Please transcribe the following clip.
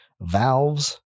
valves